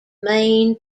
main